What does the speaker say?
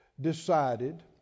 decided